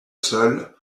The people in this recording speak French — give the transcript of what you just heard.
seul